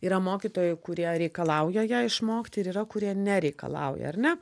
yra mokytojai kurie reikalauja ją išmokti ir yra kurie nereikalauja ar ne